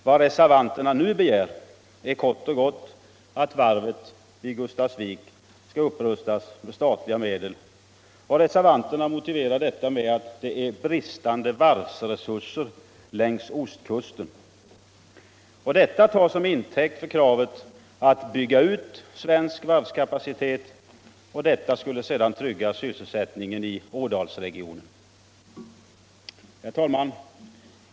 Vad reservanterna nu begär är kort och gott att varvet vid Gustafsvik skall upprustas med statliga medel, och reservanterna motiverar detta med bristande varvsresurser längs ostkusten. Detta tas såsom intäkt för kravet på en utbyggd svensk varvskapacitet, vilket sedan skulle trygga sysselsättningen i Ådalsregionen. Herr talman!